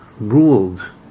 ruled